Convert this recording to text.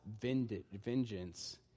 vengeance